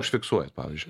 užfiksuojat pavyzdžiui